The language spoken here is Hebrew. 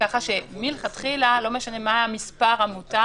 ככה שמלכתחילה לא משנה מה המספר המותר